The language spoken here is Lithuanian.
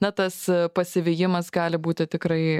na tas pasivijimas gali būti tikrai